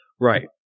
Right